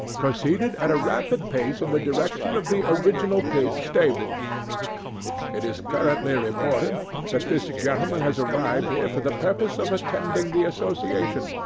proceeded at a rapid pace in the direction of the original pig stables it is currently reported that this gentleman has arrived here for the purpose of attending the association,